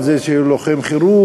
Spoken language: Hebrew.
על זה שהוא לוחם חירות,